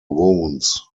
wounds